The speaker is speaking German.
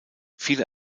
viele